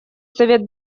совет